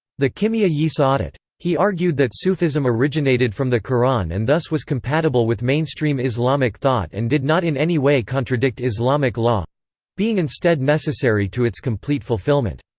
the kimiya-yi sa'adat. he argued that sufism originated from the qur'an and thus was compatible with mainstream islamic thought and did not in any way contradict islamic law being instead necessary to its complete fulfillment.